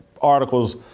articles